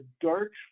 dark